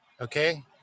okay